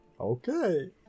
Okay